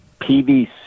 PVC